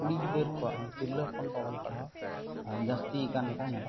ᱠᱩᱲᱤ ᱜᱤᱫᱟᱹᱨ ᱠᱚᱣᱟᱜ ᱢᱟᱱᱮ ᱛᱤᱨᱞᱟᱹ ᱦᱚᱯᱚᱱ ᱠᱚᱣᱟᱜ ᱚᱞ ᱯᱟᱲᱦᱟᱣ ᱡᱟᱹᱥᱛᱤᱭᱟᱠᱟᱱ ᱞᱮᱠᱟ ᱧᱮᱞᱚᱜ ᱠᱟᱱᱟ